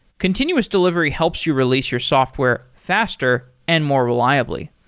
continuous delivery helps you release your software faster and more reliably.